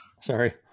sorry